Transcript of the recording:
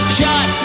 shot